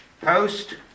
Post